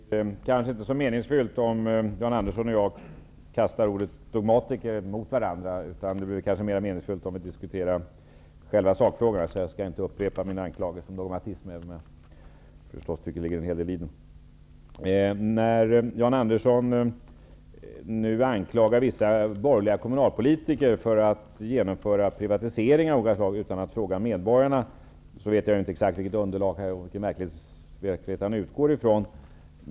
Herr talman! Det är kanske inte så meningsfullt att Jan Andersson och jag kastar ordet dogmatiker mot varandra. Det blir kanske mer meningsfullt om vi diskuterar själva sakfrågan. Jag skall därför inte upprepa min anklagelse om dogmatism, även om jag förstås tycker att det ligger en hel del i den. När Jan Andersson nu anklagar vissa borgerliga kommunalpolitiker för att genomföra privatiseringar av olika slag utan att fråga medborgarna, vet jag inte exakt vilket underlag och vilken verklighet han utgår från.